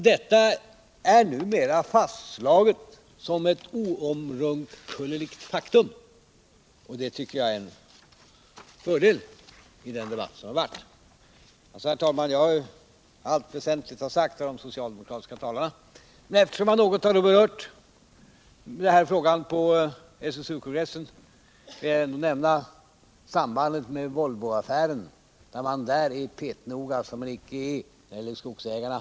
Detta är numera fastslaget som ett oomkullrunkeligt faktum, och det tycker jag är en fördel i den debatt som varit. Herr talman! Allt väsentligt har sagts av de tidigare socialdemokratiska talarna, men eftersom man något har berört den här frågan på SSU kongressen skall jag nämna sambandet med Volvoaffären, där man är petnoga, som man inte är när det gäller skogsägarna.